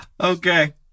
Okay